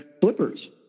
flippers